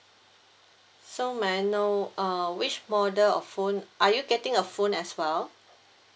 so may I know uh which model of phone are you getting a phone as well